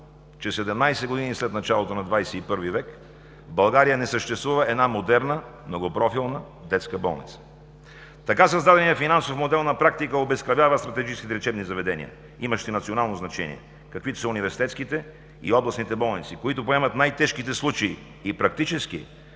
че 17 години след началото на ХХI век в България не съществува една модерна многопрофилна детска болница. Така създаденият финансов модел на практика обезкървява стратегическите лечебни заведения, имащи национално значение, каквито са университетските и областните болници, които поемат най-тежките случаи и практически